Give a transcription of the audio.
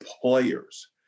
players